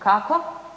Kako?